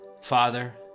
Father